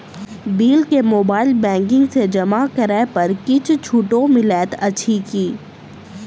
Bill केँ mobile banking सँ जमा करै पर किछ छुटो मिलैत अछि की?